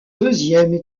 deuxièmes